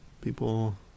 People